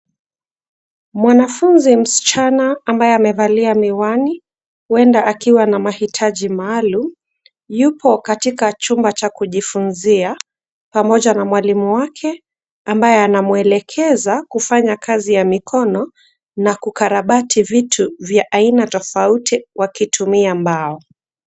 Mwanafunzi msichana amabaye amevalia miwani huenda akiwa na mahitaji maalum, yupo katika chumba cha kujifunzia pamoja na mwalimu wake ambaye anamwelekeza kufanya kazi ya mikono na kukarabati vitu vya aina tofauti wakitumia mbao.